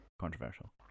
Controversial